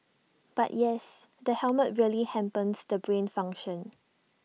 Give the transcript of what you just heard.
but yes the helmet really hampers the brain function